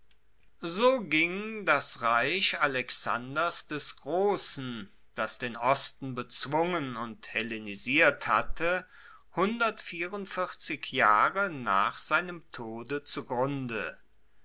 so ging das reich alexanders des grossen das den osten bezwungen und hellenisiert hatte jahre nach seinem tode zugrunde